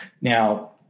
Now